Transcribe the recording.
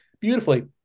beautifully